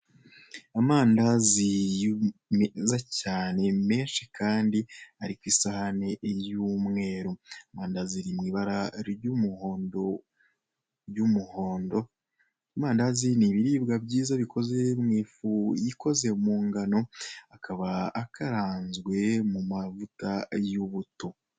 Amandazi yu meza cyane menshi kandi ari ku isahane y'umweru, ari ku isahani y'umuhondo, amandazi ari mu ibara ry'umuhondo, ry'umuhondo. Amandazi ni ibiribwa byiza bikoze mu ifu ikoze mu ngano, akaba akaranze mu mavuta y'ubuto.